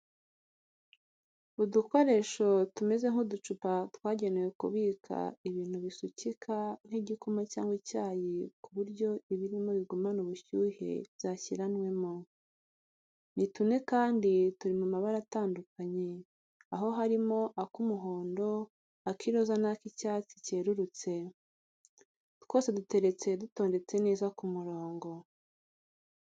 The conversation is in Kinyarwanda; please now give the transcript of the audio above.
Udukoresho tumeze nk'uducupa twagenewe kubika ibintu bisukika nk'igikoma cyangwa icyayi ku buryo ibirimo bigumana ubushyuhe byashyiranwemo. Ni tune kandi turi mu mabara atandukanye aho harimo ak'umuhondo, ak'iroza, n'ak'icyatsi cyererutse. Twose duteretse dutondetse neza ku murongo.